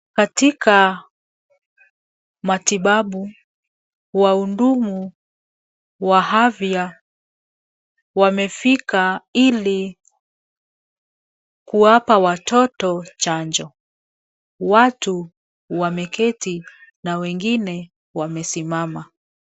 Katika matibabu, wahudumu wa afya wamefika ili kuwapa watoto chanjo. Watu wameketi na wengine wamesimama.